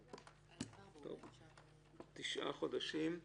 תשעה חודשים.